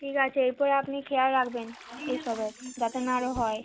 ঠিক আছে এর পরে আপনি খেয়াল রাখবেন এই সবের যাতে না আরও হয়